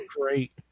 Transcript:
great